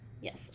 yes